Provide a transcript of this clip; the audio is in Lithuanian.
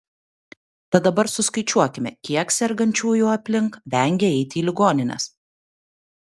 tad dabar suskaičiuokime kiek sergančiųjų aplink vengia eiti į ligonines